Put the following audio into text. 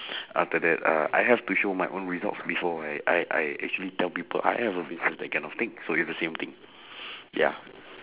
after that uh I have to show my own results before I I I actually tell people I have a business that kind of thing so it's the same thing ya